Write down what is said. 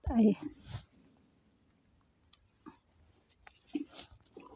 मी माया कर्जाची किस्त मइन्याऐवजी हप्त्याले परतफेड करत आहे